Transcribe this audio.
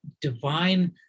divine